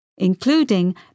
including